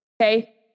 Okay